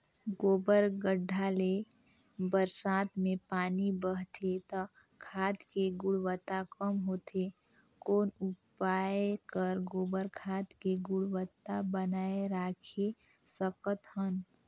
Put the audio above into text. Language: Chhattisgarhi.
गोबर गढ्ढा ले बरसात मे पानी बहथे त खाद के गुणवत्ता कम होथे कौन उपाय कर गोबर खाद के गुणवत्ता बनाय राखे सकत हन?